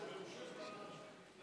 באותו מקום עבודה,